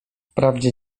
wprawdzie